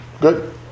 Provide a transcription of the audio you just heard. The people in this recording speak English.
Good